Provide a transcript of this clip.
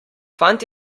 fant